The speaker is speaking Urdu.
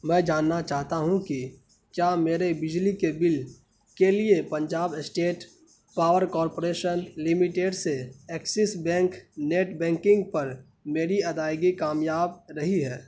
میں جاننا چاہتا ہوں کہ کیا میرے بجلی کے بل کے لیے Punjab state power corporation limited سے ایکسس بینک نیٹ بینکنگ پر میری ادائیگی کامیاب رہی ہے